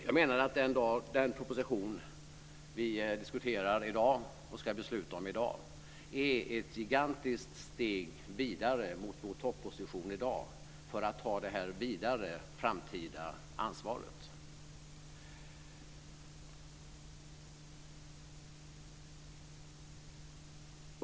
Jag menar att den proposition vi diskuterar och ska besluta om i dag är ett gigantiskt steg vidare mot vår topposition i dag för att ta det här vidare framtida ansvaret.